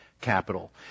capital